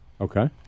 Okay